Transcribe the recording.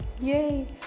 Yay